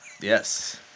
Yes